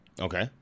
Okay